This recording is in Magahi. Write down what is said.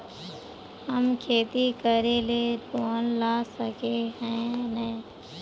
हम खेती करे ले लोन ला सके है नय?